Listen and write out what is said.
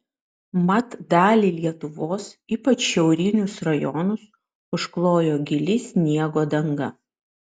mat dalį lietuvos ypač šiaurinius rajonus užklojo gili sniego danga